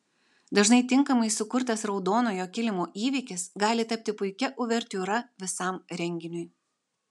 dažnai tinkamai sukurtas raudonojo kilimo įvykis gali tapti puikia uvertiūra visam renginiui